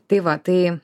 tai va tai